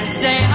say